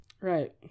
Right